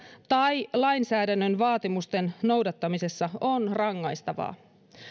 tai lainsäädännön vaatimusten noudattamisessa on rangaistavaa